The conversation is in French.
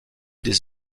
des